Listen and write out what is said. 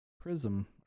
Prism